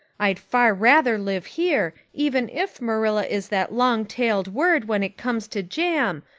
i'd far rather live here, even if marilla is that long-tailed word when it comes to jam,